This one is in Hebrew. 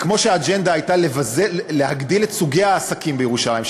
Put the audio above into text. ואף שהאג'נדה הייתה להגדיל את מספר סוגי העסקים בירושלים,